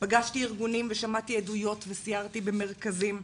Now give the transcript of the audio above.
פגשתי ארגונים ושמעתי עדויות וסיירתי במרכזים,